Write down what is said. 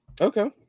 okay